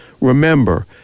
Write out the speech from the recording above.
Remember